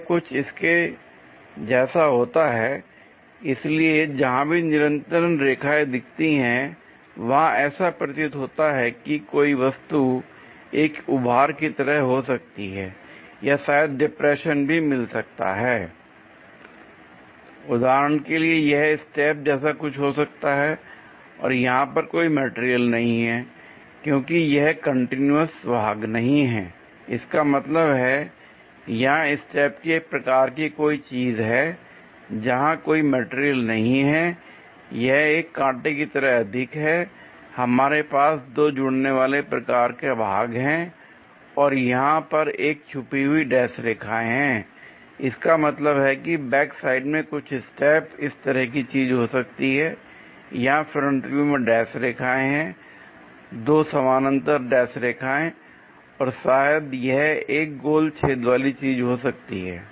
वह कुछ इसके जैसा होता है l इसलिए जहां भी निरंतर रेखाएं दिखती हैं वहां ऐसा प्रतीत होता है कि कोई वस्तु एक उभार की तरह हो सकती है या शायद डिप्रेशन भी मिल सकता है l उदाहरण के लिए यह स्टेप जैसा कुछ हो सकता है और यहां पर कोई मटेरियल नहीं है क्योंकि यह कंटीन्यूअस भाग नहीं है l इसका मतलब है यहां स्टेप के प्रकार की कोई चीज है l जहां कोई मटेरियल नहीं है यह एक कांटे की तरह अधिक है हमारे पास दो जुड़ने वाले प्रकार का भाग हैं और यहां एक छुपी हुई डैश रेखाएं हैं इसका मतलब है कि बैक साइड में कुछ स्टेप तरह की चीज हो सकती है यहां फ्रंट व्यू में डैश रेखाएं हैं दो समानांतर डैश रेखाएं और शायद यह एक गोल छेद वाली चीज हो सकती है